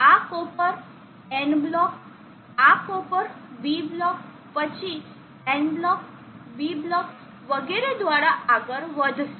તે આ copper n block આ કોપર b બ્લોક પછી n બ્લોક p બ્લોક વગેરે દ્વારા આગળ વધશે